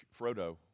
Frodo